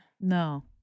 No